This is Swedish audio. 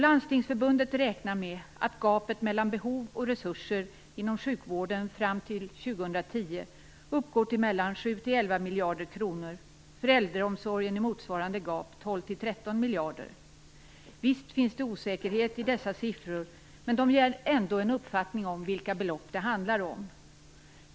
Landstingsförbundet räknar med att gapet mellan behov och resurser inom sjukvården fram till år 2010 uppgår till 7-11 miljarder kronor. För äldreomsorgen är motsvarande gap 12-13 miljarder. Visst finns det osäkerhet i dessa siffror, men de ger ändå en uppfattning om vilka belopp det handlar om.